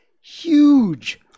huge